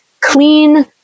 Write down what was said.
clean